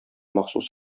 махсус